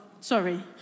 Sorry